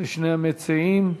לשני המציעים.